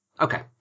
Okay